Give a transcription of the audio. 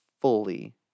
fully